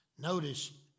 notice